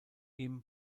ihm